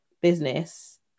business